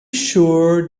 sure